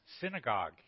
synagogue